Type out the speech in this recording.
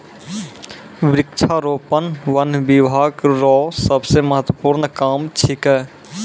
वृक्षारोपण वन बिभाग रो सबसे महत्वपूर्ण काम छिकै